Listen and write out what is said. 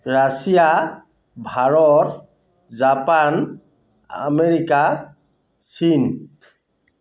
Russia Bharat Japan America চীন